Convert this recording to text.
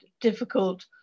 difficult